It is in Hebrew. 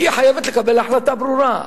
היא חייבת לקבל החלטה ברורה.